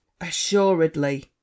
Assuredly